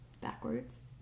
backwards